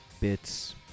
bits